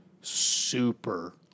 super